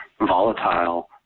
volatile